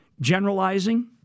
generalizing